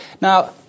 Now